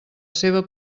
seva